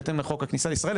בהתאם לחוק הכניסה לישראל,